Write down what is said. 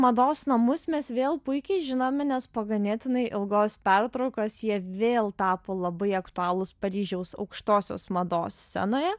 mados namus mes vėl puikiai žinomi nes po ganėtinai ilgos pertraukos jie vėl tapo labai aktualūs paryžiaus aukštosios mados scenoje